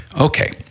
Okay